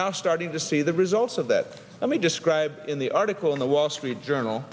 now starting to see the results of that let me describe in the article in the wall street journal